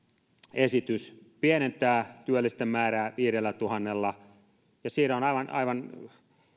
esitys pienentää työllisten määrää viidellätuhannella siinä on aivan aivan